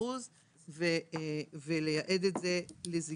20% ולייעד את זה לזקנה